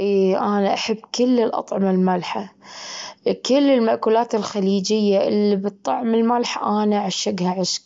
إي أنا أحب كل الأطعمة المالحة، كل المأكولات الخليجية اللي بطعم الملح أنا أعشجها عشج،